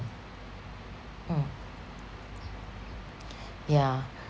mm yeah